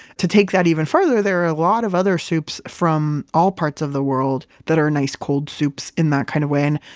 to take that even further, there are a lot of other soups from all parts of the world that are nice cold soups in that kind of way.